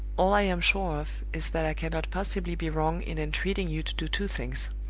all i am sure of is that i cannot possibly be wrong in entreating you to do two things.